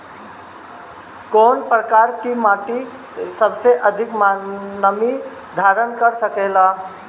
कौन प्रकार की मिट्टी सबसे अधिक नमी धारण कर सकेला?